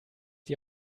die